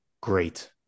great